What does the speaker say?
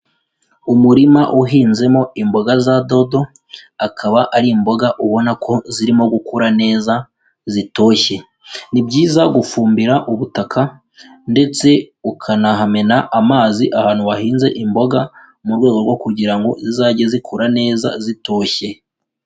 Umurima uhinzemo imboga za dodo, akaba ari imboga ubona ko zirimo gukura neza zitoshye, ni byiza gufumbira ubutaka ndetse ukanahamena amazi ahantu wahinze imboga mu rwego rwo kugira ngo zizajye zikura neza zitoshye.